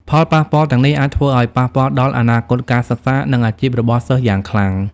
ផលប៉ះពាល់ទាំងនេះអាចធ្វើឲ្យប៉ះពាល់ដល់អនាគតការសិក្សា និងអាជីពរបស់សិស្សយ៉ាងខ្លាំង។